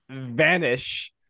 vanish